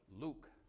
Luke